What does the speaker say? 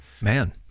man